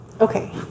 Okay